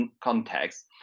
context